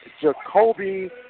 Jacoby